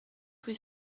rue